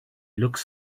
looks